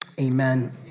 Amen